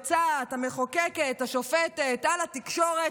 מאבק נגד שלטון שבז לערכי מגילת העצמאות,